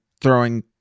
throwing